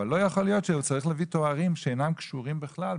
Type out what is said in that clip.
לא יכול להיות שהוא צריך להביא תארים שאינם קשורים בכלל,